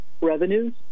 revenues